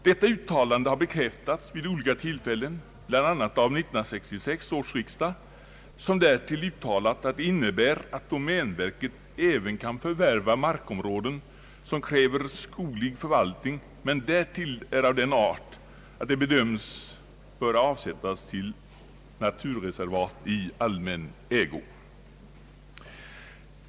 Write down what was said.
Det uttalandet har bekräftats vid olika tillfällen, bl.a. av 1966 års riksdag, som dessutom förklarade att detta innebär att domänverket även kan förvärva markområden som kräver skoglig förvaltning men därtill är av den art att de bedöms böra avsättas till naturreservat i allmän ägo.